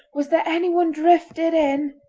was there anyone drifted in